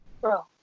Bro